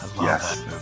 yes